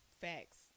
facts